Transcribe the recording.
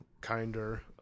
kinder